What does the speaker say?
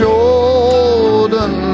Jordan